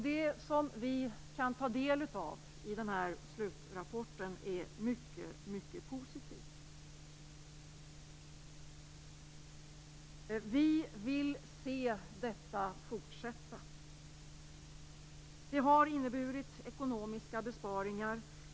Det som kommer fram i slutrapporten är mycket positivt. Vi vill se verksamheten fortsätta. Den har inneburit ekonomiska besparingar.